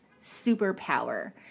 superpower